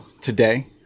today